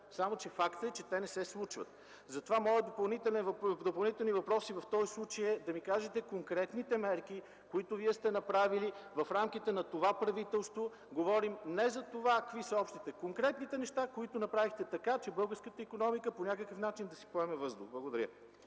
само че факт е, че те не се случват. Затова моят допълнителен въпрос в този случай е да ми кажете конкретните мерки, които Вие сте направили в рамките на това правителство. Говорим не затова какви са общите, а конкретните неща, които направихте така, че българската икономика по някакъв начин да си поеме въздух. Благодаря.